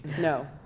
No